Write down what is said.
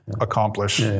accomplish